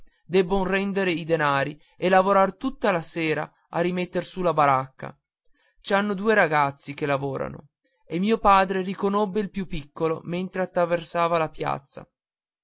debbon rendere i denari e lavorar tutta la sera a rimetter su la baracca ci hanno due ragazzi che lavorano e mio padre riconobbe il più piccolo mentre attraversava la piazza